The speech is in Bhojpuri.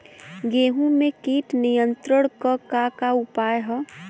गेहूँ में कीट नियंत्रण क का का उपाय ह?